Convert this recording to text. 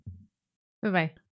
bye-bye